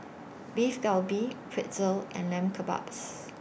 Beef Galbi Pretzel and Lamb Kebabs